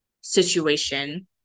situation